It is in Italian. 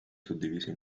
suddivise